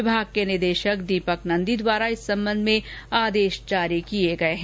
विभाग के निदेशक दीपक नंदी द्वारा इस संबंध में आदेश जारी किए गए हैं